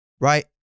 right